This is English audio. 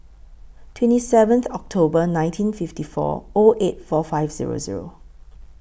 twenty seventh October nineteen fifty four O eight four five Zero Zero